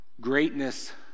greatness